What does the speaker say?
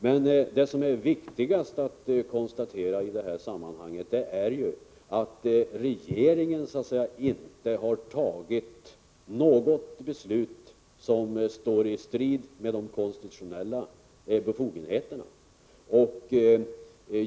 Men det som är viktigast att konstatera i det här sammanhanget är att regeringen inte har fattat något beslut som står i strid med de konstitutionella befogenheterna.